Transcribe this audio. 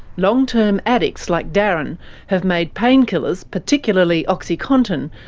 long-term addicts like darren have made painkillers, particularly oxycontin,